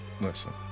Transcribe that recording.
Listen